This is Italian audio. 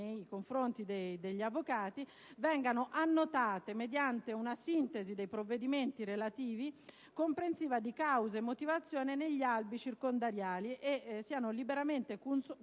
nei confronti degli avvocati vengano annotate, mediante una sintesi dei provvedimenti relativi, comprensiva di cause e motivazioni, negli albi circondariali e siano liberamente consultabili